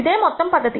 ఇదే మొత్తం పద్ధతి